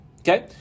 Okay